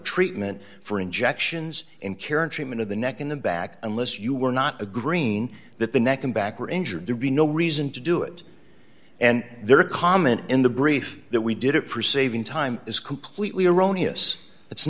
treatment for injections and care and treatment of the neck in the back unless you were not agreeing that the neck and back were injured there be no reason to do it and there are common in the brief that we did it for saving time is completely erroneous